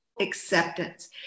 acceptance